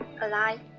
alive